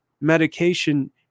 medication